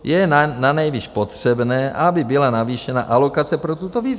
Je nanejvýš potřebné, aby byla navýšena alokace pro tuto výzvu.